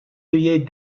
œillets